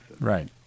Right